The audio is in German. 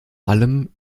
allem